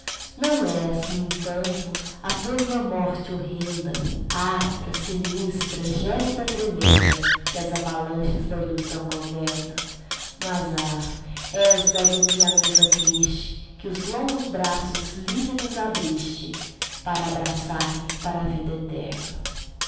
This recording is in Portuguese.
não és no entanto a torva morte horrenda atra sinistra gélida tremenda que as avalanches da ilusão governa mas ah és da agonia a noiva triste que os longos braços lívidos abriste para abraçar me para a vida eterna